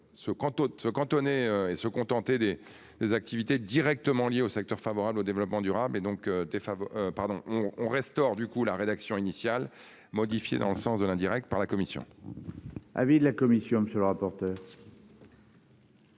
se cantonner et se contenter des des activités directement liées au secteur favorable au développement durable et donc défaveur pardon on restaure. Du coup, la rédaction initiale modifié dans le sens de l'indirect par la commission. Avis de la commission. Monsieur le rapporteur.